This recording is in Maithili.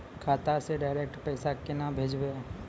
खाता से डायरेक्ट पैसा केना भेजबै?